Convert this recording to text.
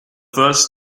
first